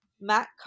Matt